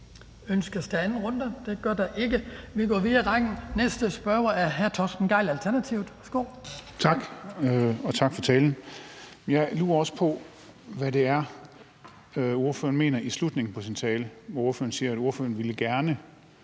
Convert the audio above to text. Ønskes der en anden runde? Det gør der ikke. Vi går videre i rækken. Næste spørger er hr. Torsten Gejl, Alternativet. Værsgo. Kl. 17:40 Torsten Gejl (ALT): Tak, og tak for talen. Jeg lurer også på, hvad det er, ordføreren mener i slutningen af sin tale, hvor ordføreren siger, at ordføreren gerne